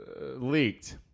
leaked